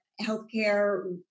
healthcare